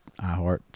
iHeart